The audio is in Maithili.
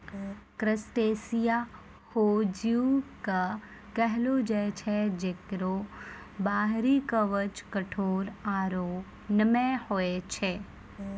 क्रस्टेशिया हो जीव कॅ कहलो जाय छै जेकरो बाहरी कवच कठोर आरो नम्य होय छै